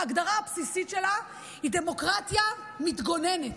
ההגדרה הבסיסית שלה היא דמוקרטיה מתגוננת.